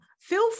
Feel